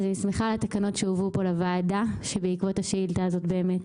אני שמחה על התקנות שהובאו פה לוועדה שבעקבות השאילתה הזאת באמת